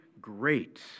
great